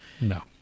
no